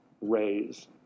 raise